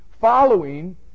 following